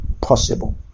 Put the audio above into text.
possible